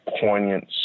poignant